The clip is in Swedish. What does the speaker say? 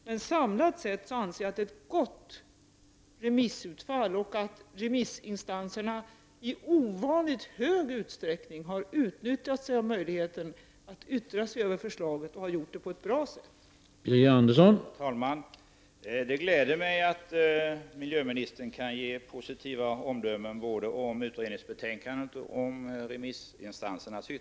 Men jag anser att det är ett gott remissutfall och att remissinstanserna i ovanligt stor utsträckning har utnyttjat möjligheterna att yttra sig över förslaget och har gjort det på ett bra sätt.